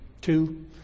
two